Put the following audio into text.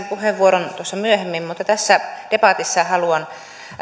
puheenvuoron tuossa myöhemmin mutta tässä debatissa haluan